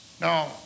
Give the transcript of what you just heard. Now